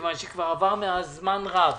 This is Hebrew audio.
מכיוון שכבר עבר מאז זמן רב.